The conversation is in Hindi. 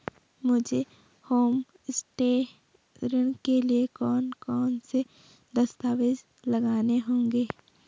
मुझे होमस्टे ऋण के लिए कौन कौनसे दस्तावेज़ लगाने होंगे?